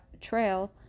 Trail